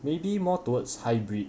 maybe more towards hybrid